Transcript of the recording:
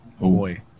Boy